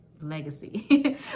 Legacy